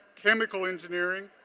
chemical engineering,